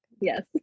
Yes